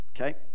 Okay